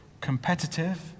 competitive